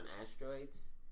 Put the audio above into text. asteroids